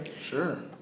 sure